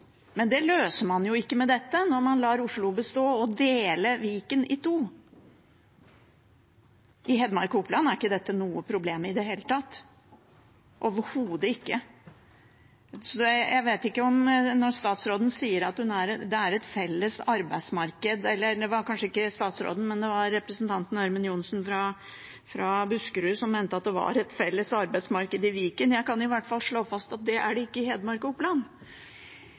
men det løser man ikke med dette når man lar Oslo bestå og deler Viken i to. I Hedmark og Oppland er ikke dette noe problem i det hele tatt – overhodet ikke. Det var kanskje representanten Ørmen Johnsen fra Buskerud som mente at det var et felles arbeidsmarked i Viken. Jeg kan i hvert fall slå fast at det er det ikke i Hedmark og Oppland.